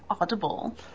Audible